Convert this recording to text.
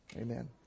amen